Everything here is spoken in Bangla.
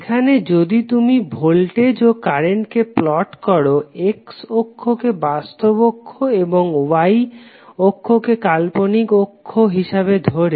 এখানে যদি তুমি ভোল্টেজ ও কারেন্টকে প্লট করো X অক্ষকে বাস্তব অক্ষ এবং Y অক্ষকে কাল্পনিক অক্ষ হিসাবে ধরে